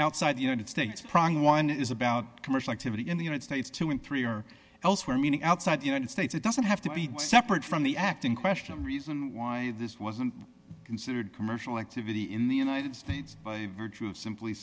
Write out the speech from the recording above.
outside the united states prying one is about commercial activity in the united states two dollars and three dollars or elsewhere meaning outside the united states it doesn't have to be separate from the act in question reason why this wasn't considered commercial activity in the united states by virtue of simply